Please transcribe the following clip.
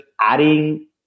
adding